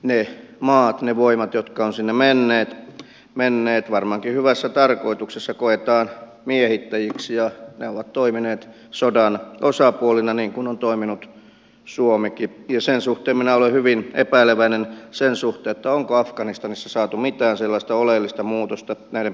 ne maat ne voimat ja kaasinen me emme menneet varmaankin hyvässä tarkoituksessa koetaan miehittäjiksi ja ne ovat toimineet sodan osapuolille niin kun on toiminut suomenkin kesäsuhteen minä olen hyvin epäileväinen sen suhteen onko afganistanissa saatu mitään sellaista oleellista muutosta näiden